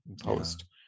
post